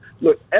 Look